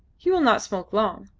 he will not smoke long,